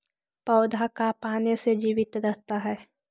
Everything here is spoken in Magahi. पौधा का पाने से जीवित रहता है?